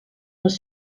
les